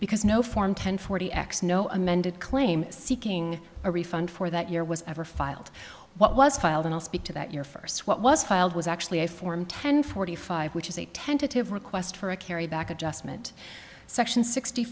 because no form ten forty x no amended claim seeking a refund for that year was ever filed what was filed and i'll speak to that your first what was filed was actually a form ten forty five which is a tentative request for a carry back adjustment section sixty